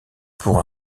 pour